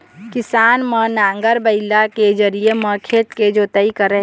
किसान मन नांगर, बइला के जरिए म खेत के जोतई करय